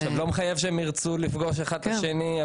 זה לא מחייב שהם ירצו לפגוש אחד את השני,